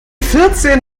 vierzehn